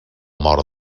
mort